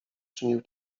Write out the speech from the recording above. czynił